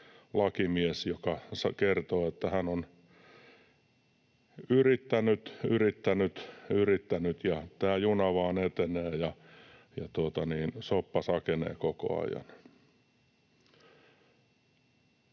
lakimies, joka kertoi, että hän on yrittänyt, yrittänyt ja yrittänyt ja tämä juna vain etenee ja soppa sakenee koko ajan.